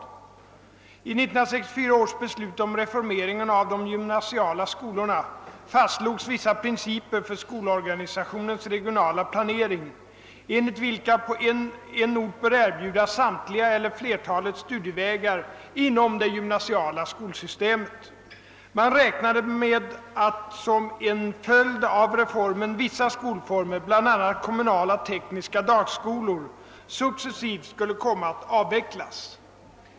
I 1964 års beslut om reformeringen av de gymnasiala skolorna fastslogs vissa principer för skolorganisationens regionala planering, enligt vilka på en ort bör erbjudas samtliga eller flertalet studievägar inom det gymnasiala skolsystemet. Man räknade med att som en följd av reformen vissa skolformer, bl.a. kommunala tekniska dagskolor, successivt skulle komma att avvecklas.